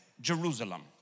Jerusalem